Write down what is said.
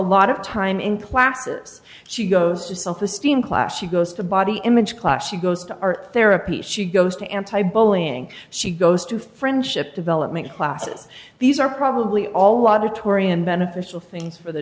lot of time in classes she goes to self esteem class she goes to body image class she goes to art therapy she goes to anti bullying she goes to friendship development classes these are probably all lot of tory and beneficial things for the